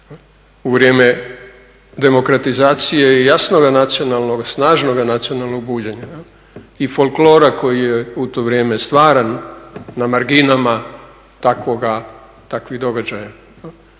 u vrijeme demokratizacije i jasnoga nacionalnog, snažnoga nacionalnog buđenja i folklora koji je u to vrijeme stvaran na marginama takvoga,